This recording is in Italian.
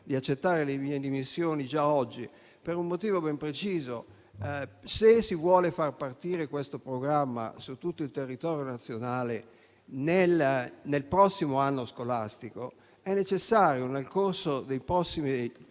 di accettare le mie dimissioni già oggi, per un motivo ben preciso. Se si vuole far partire il programma su tutto il territorio nazionale nel prossimo anno scolastico, è necessario nel corso delle prossime